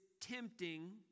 tempting